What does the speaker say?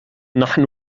نحن